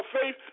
faith